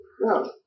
No